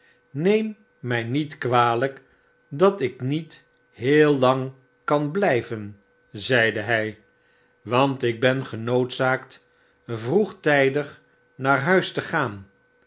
neem my niet kwalijk dat ik niet heel lang kan blyven zeide hi want ik ben genoodzaakt vroegtijdig naar huis te gaan